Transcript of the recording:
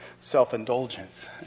Self-Indulgence